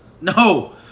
no